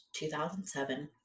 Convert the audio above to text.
2007